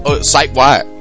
Site-wide